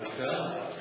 בבקשה?